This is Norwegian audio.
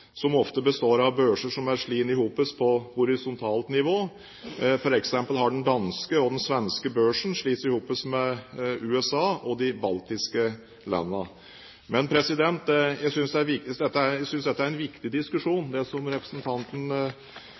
som ofte består av børser som er slått sammen på horisontalt nivå. For eksempel har den danske og den svenske børsen slått seg sammen med den i USA og de baltiske landene. Jeg synes det er en viktig diskusjon det som representanten